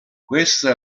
questa